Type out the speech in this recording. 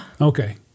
Okay